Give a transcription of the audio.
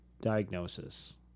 diagnosis